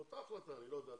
זו אותה החלטה, אני לא יודע.